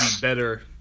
better